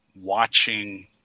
watching